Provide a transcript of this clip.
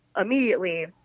immediately